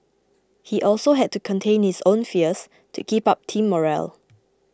he also had to contain his own fears to keep up team morale